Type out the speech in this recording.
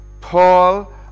Paul